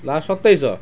last ସତେଇଶିଶହ